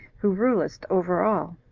who rulest over all.